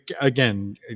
again